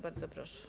Bardzo proszę.